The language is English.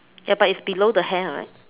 ya but it's below the hair right